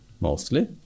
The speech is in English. mostly